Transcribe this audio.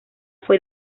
fue